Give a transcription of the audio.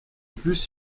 plus